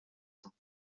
temps